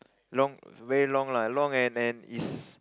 long very long lah long and and is